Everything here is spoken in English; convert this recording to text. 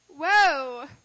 Whoa